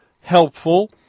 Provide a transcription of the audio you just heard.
helpful